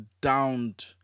downed